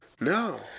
No